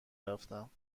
رفتم